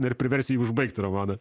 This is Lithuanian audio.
ir priversiu jį užbaigti romaną